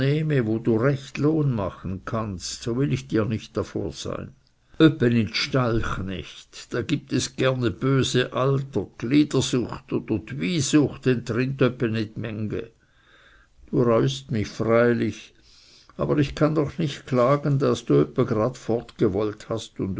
wo du recht lohn machen kannst so will ich dir nicht davor sein öppe nit stallknecht da gibt es gerne böse alter dr gliedersucht oder dr wysucht entrinnt öppe nit menge du reust mich freilich aber ich kann doch nicht klagen daß du öppe grad fort gewollt hast und